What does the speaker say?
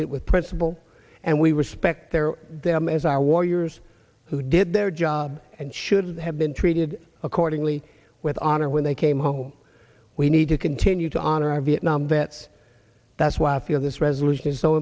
it with principle and we respect their them as are warriors who did their job and should have been treated accordingly with honor when they came home we need to continue to honor our vietnam vets that's why i feel this resolution